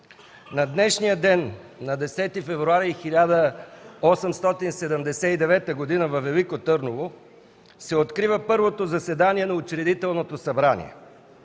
На днешния ден, на 10 февруари 1879 г., във Велико Търново се открива първото заседание на Учредителното събрание.